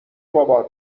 بابات